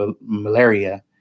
malaria